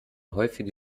häufige